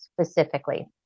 Specifically